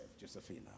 Josephina